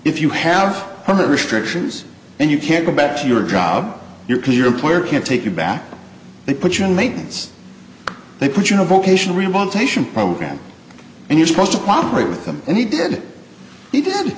if you have all the restrictions and you can't go back to your job you can your employer can't take you back they put you in maintenance they put you know vocational rehabilitation program and you're supposed to cooperate with them and he did he did